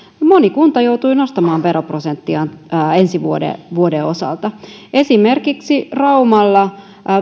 moni kunta joutui nostamaan veroprosenttiaan ensi vuoden vuoden osalta esimerkiksi raumalla